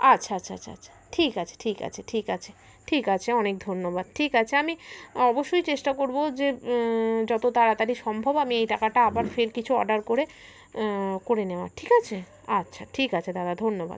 আচ্ছা আচ্ছা আচ্ছা আচ্ছা ঠিক আছে ঠিক আছে ঠিক আছে ঠিক আছে অনেক ধন্যবাদ ঠিক আছে আমি অবশ্যই চেষ্টা করবো যে যত তাড়াতাড়ি সম্ভব আমি এই টাকাটা আবার ফের কিছু অর্ডার করে করে নেওয়ার ঠিক আছে আচ্ছা ঠিক আছে দাদা ধন্যবাদ